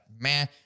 man